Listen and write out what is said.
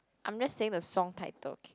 I'm just saying the song title kay